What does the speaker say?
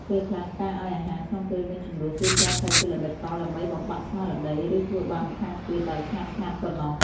ពេលខ្លះការឱ្យអាហារក្នុងពេលមានជម្លោះគឺគ្រាន់តែជាល្បិចកលដើម្បីបំបាក់ស្មារតីឬធ្វើបាបម្ខាងទៀតដោយស្ងាត់ៗប៉ុណ្ណោះ។